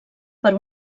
per